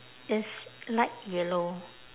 is light yellow